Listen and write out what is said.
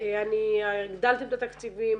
הגדלתם את התקציבים,